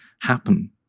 happen